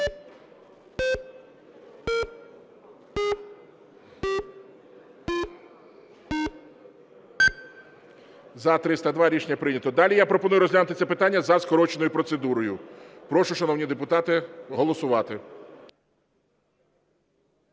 За-302 Рішення прийнято. Далі я пропоную розглянути це питання за скороченою процедурою. Прошу, шановні депутати, голосувати.